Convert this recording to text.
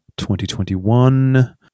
2021